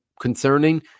concerning